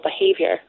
behavior